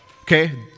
Okay